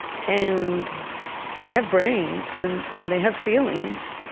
and they have brains, and and they have feelings.